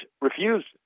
refused